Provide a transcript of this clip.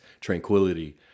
tranquility